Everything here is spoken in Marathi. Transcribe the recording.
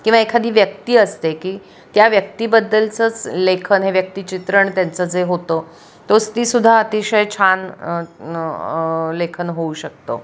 किंवा एखादी व्यक्ती असते की त्या व्यक्तीबद्दलचंच लेखन हे व्यक्तिचित्रण त्यांचं जे होतं तोच तीसुद्धा अतिशय छान लेखन होऊ शकतं